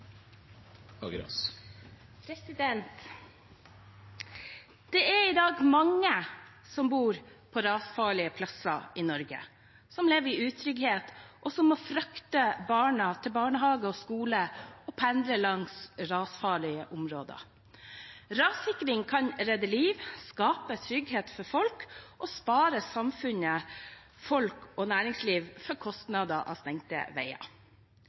til. Det er i dag mange som bor på rasfarlige steder i Norge som lever i utrygghet, og som må frakte barna til barnehage og skole og pendle langs rasfarlige områder. Rassikring kan redde liv, skape trygghet for folk og spare samfunnet, folk og næringsliv for kostnader og stengte veier.